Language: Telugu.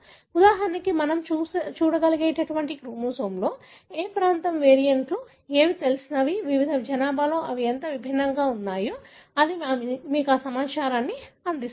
ఉదాహరణకు మనం చూడగలిగే క్రోమోజోమ్లోని ఏ ప్రాంతం వేరియంట్లు ఏవి తెలిసినవి వివిధ జనాభాలో అవి ఎంత విభిన్నంగా ఉన్నాయో అది మీకు సమాచారాన్ని అందిస్తుంది